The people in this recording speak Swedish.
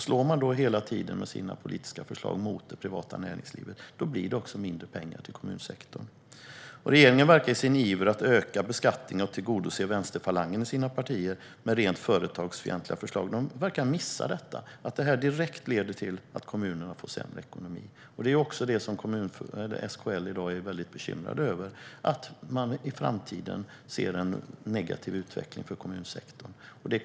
Slår man hela tiden med sina politiska förslag mot det privata näringslivet blir det mindre pengar till kommunsektorn. I sin iver att öka beskattningen och tillgodose vänsterfalangen i sina partier med rent företagsfientliga förslag verkar regeringen missa att detta direkt leder till att kommunerna får sämre ekonomi. SKL är i dag mycket bekymrade över att man ser en negativ utveckling för kommunsektorn i framtiden.